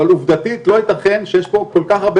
אבל עובדתית לא ייתכן שיש פה כל כך הרבה